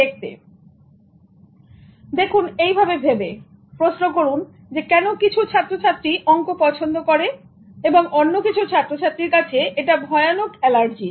দেখুন এইভাবে ভেবে প্রশ্ন করুন কেন কিছু ছাত্র ছাত্রী অংক পছন্দ করে এবং অন্য কিছু ছাত্র ছাত্রীর কাছে এটা ভয়ানক এলার্জির